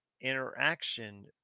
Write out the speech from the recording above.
interaction